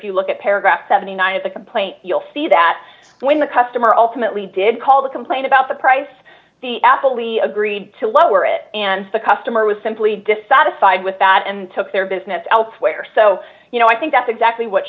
you look at paragraph seventy nine dollars of the complaint you'll see that when the customer ultimately did call the complaint about the price the apple we agreed to lower it and the customer was simply dissatisfied with that and took their business outs where so i think that's exactly what